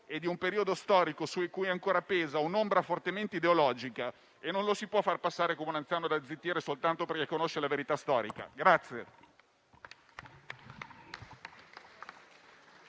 di un periodo storico su cui ancora pesa un'ombra fortemente ideologica e che non lo si possa far passare come un anziano da zittire soltanto perché conosce la verità storica.